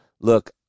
Look